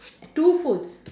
two foods